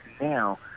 now